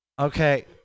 okay